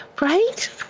Right